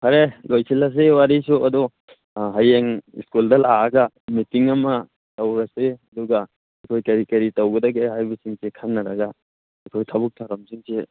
ꯐꯔꯦ ꯂꯣꯁꯤꯜꯂꯁꯤ ꯋꯥꯔꯤꯁꯨ ꯑꯗꯨ ꯍꯌꯦꯡ ꯁ꯭ꯀꯨꯜꯗ ꯂꯥꯛꯑꯒ ꯃꯤꯠꯇꯤꯡ ꯑꯃ ꯇꯧꯔꯁꯤ ꯑꯗꯨꯒ ꯑꯩꯈꯣꯏ ꯀꯔꯤ ꯀꯔꯤ ꯇꯧꯒꯗꯒꯦ ꯍꯥꯏꯕꯁꯤ ꯈꯟꯅꯔꯒ ꯑꯩꯈꯣꯏ ꯊꯕꯛ ꯊꯧꯔꯝꯁꯤꯡꯁꯦ